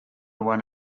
one